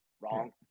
Wrong